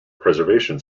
preservation